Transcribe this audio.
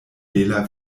bela